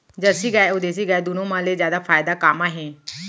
Jersey गाय अऊ देसी गाय दूनो मा ले जादा फायदा का मा हे?